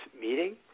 meeting